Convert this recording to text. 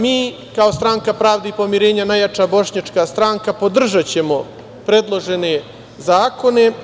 Mi kao Stranka pravde i pomirenja, najjača bošnjačka stranka, podržaćemo predložene zakone.